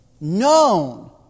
known